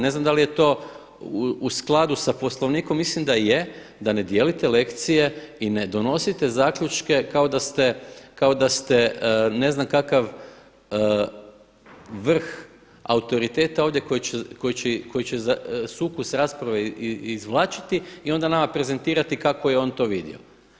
Ne znam da li je to u skladu sa Poslovnikom, mislim da je da ne dijelite lekcije i ne donosite zaključke kao da ste ne znam kakav vrh autoriteta ovdje koji će sukus rasprave izvlačiti i onda nama prezentirati kako je on to vidio.